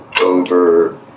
over